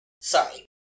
Sorry